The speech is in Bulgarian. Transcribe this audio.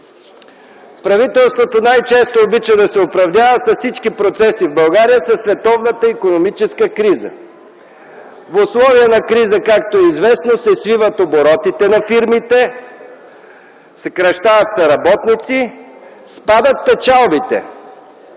Правителството най-често обича да се оправдава за всички процеси в България със световната икономическа криза. В условия на криза, както е известно, се свиват оборотите на фирмите, съкращават се работници, спадат печалбите.